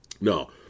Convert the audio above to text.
No